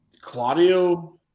Claudio